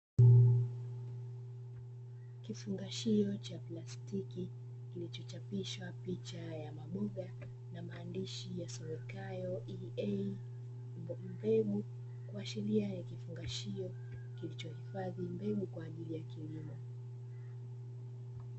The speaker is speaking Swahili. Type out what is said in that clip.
Kifungashio cha plastiki kilicho chapishwa picha ya maboga na maandishi yasomekayo "EASEED", yenye mbegu kuashiria ni kifungashio, kilichohifadhi mbegu kwa ajili ya kilimo.